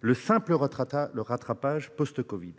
le simple rattrapage post-Covid.